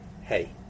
Hey